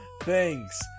thanks